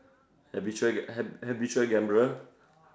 habitual habitual gambler